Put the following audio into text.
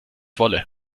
wolle